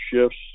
shifts